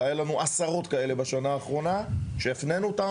והיה לנו עשרות כאלה בשנה האחרונה שהפנינו אותם